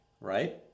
right